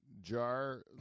jar